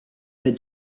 had